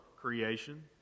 creation